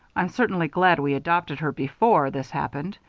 i'm certainly glad we adopted her before this happened.